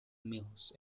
mills